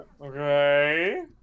Okay